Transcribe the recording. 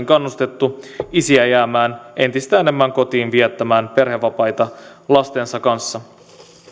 kannustettu isiä jäämään entistä enemmän kotiin viettämään perhevapaita lastensa kanssa